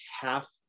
half